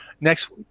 next